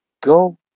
Go